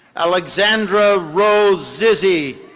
alexandra rose zizzi,